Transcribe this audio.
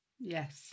yes